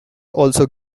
also